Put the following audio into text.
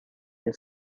the